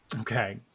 Okay